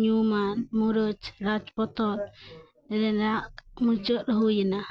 ᱧᱩᱢᱟᱱ ᱢᱩᱨᱟᱹᱡ ᱨᱟᱡᱯᱚᱱᱚᱛ ᱨᱮᱱᱟᱜ ᱢᱩᱪᱟᱹᱫ ᱦᱩᱭᱮᱱᱟ